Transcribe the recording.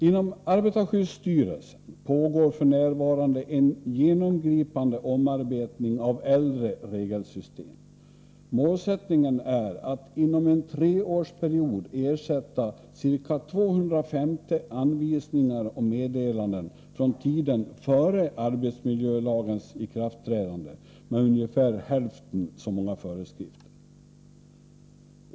Inom arbetarskyddsstyrelsen pågår f. n. en genomgripande omarbetning aväldre regelsystem. Målsättningen är att inom en treårsperiod ersätta ca 250 anvisningar och meddelanden från tiden före arbetsmiljölagens ikraftträdande med ungefär hälften så många föreskrifter.